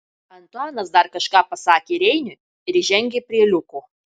antuanas dar kažką pasakė reiniui ir žengė prie liuko